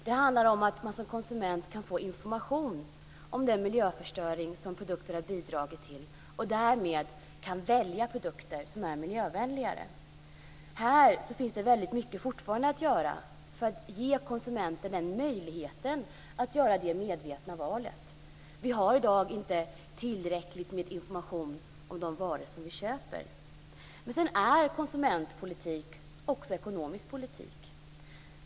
Det handlar om att man som konsument kan få information om den miljöförstöring som produkter har bidragit till och därmed kan välja produkter som är miljövänligare. I detta sammanhang finns det fortfarande väldigt mycket att göra för att ge konsumenterna möjligheten att göra detta medvetna val. Vi har i dag inte tillräckligt med information om de varor som vi köper. Men konsumentpolitik är också ekonomisk politik.